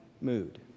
mood